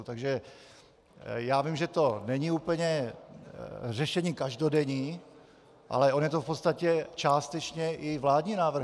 Takže já vím, že to není úplně řešení každodenní, ale on je to v podstatě částečně i vládní návrh.